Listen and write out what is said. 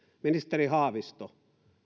ministeri haavisto